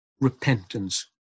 repentance